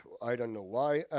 i don't know why,